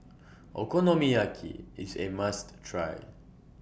Okonomiyaki IS A must Try